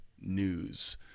news